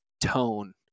tone